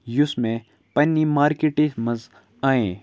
یُس مےٚ پنٛنی ماکیٹٕے منٛز أنۍ